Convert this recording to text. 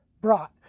brought